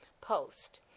post